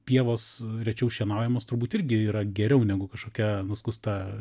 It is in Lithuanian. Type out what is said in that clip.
pievos rečiau šienaujamos turbūt irgi yra geriau negu kažkokia nuskusta